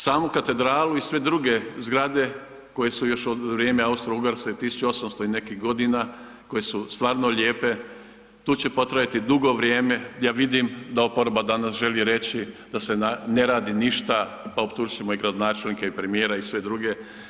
Samu katedralu i sve druge zgrade koje su još od vrijeme Austro-Ugarske 1800 i nekih godina, koje su stvarno lijepo, tu će potrajati dugo vrijeme, ja vidim da oporba danas želi reći da se ne radi ništa, pa optužit ćemo i gradonačelnika i premijera i sve druge.